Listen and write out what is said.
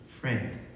friend